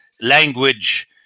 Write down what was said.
language